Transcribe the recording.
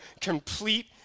complete